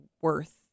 worth